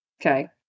Okay